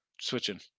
switching